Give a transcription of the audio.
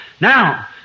Now